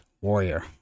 Warrior